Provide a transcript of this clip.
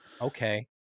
okay